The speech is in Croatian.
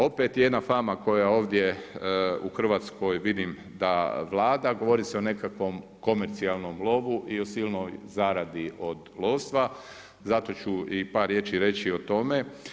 Opet jedna fama koja ovdje u Hrvatskoj vidim da vlada, govori se o nekakvom komercijalnom lovu i o silnoj zaradi od lovstva, zato ću i par riječi reći o tome.